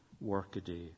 workaday